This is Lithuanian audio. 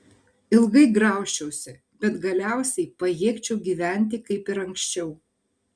ilgai graužčiausi bet galiausiai pajėgčiau gyventi kaip ir anksčiau